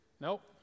Nope